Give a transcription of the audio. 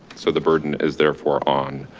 so the burden is therefore on